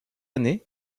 année